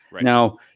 now